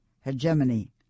hegemony